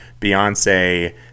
Beyonce